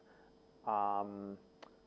um